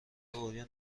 عریان